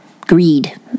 greed